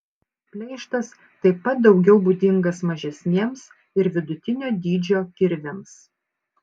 pleištas taip pat daugiau būdingas mažesniems ir vidutinio dydžio kirviams